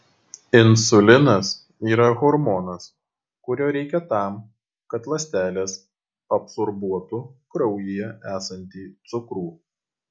insulinas yra hormonas kurio reikia tam kad ląstelės absorbuotų kraujyje esantį cukrų